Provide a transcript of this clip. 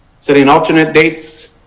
setting alternate dates